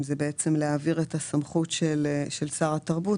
שזה כל מיני גורמים שאחראים על איסור הלבנת הון ואבטחת מידע